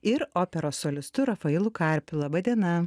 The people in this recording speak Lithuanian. ir operos solistu rafailu karpiu laba diena